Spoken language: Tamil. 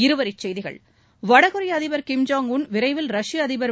இருவரிச் செய்திகள் வடகொரிய அதிபர் கிம் ஜோங் உன் விரைவில் ரஷ்யா அதிபர் திரு